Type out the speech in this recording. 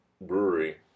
brewery